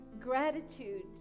gratitude